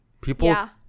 People